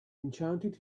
enchanted